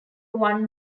one